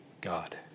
God